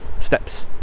steps